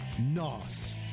nos